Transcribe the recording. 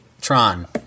Tron